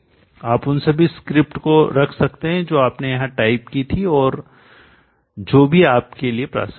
आप उन सभी स्क्रिप्ट को रख सकते हैं जो आपने यहाँ टाइप की थीं और जो भी आपके लिए प्रासंगिक है